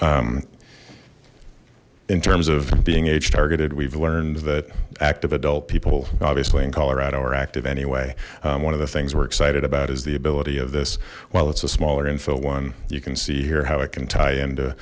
together in terms of being age targeted we've learned that active adult people obviously in colorado are active anyway one of the things we're excited about is the ability of this while it's a smaller infill one you can see here how it can tie into